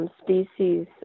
species